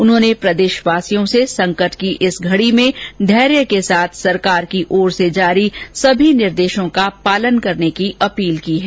उन्होंने प्रदेशवासियों से संकट की इस घड़ी में धैर्य के साथ सरकार की ओर से जारी सभी निर्देशों का पालन करने की अपील की है